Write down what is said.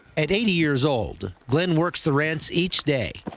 at eighty years old, glen works the ranch each day,